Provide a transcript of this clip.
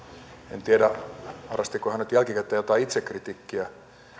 en tiedä harrastiko hän nyt jälkikäteen jotain itsekritiikkiä